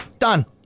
done